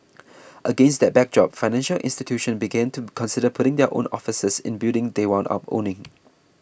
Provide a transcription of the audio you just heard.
against that backdrop financial institutions began to consider putting their own offices in buildings they wound up owning